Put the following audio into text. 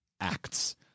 acts